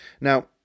now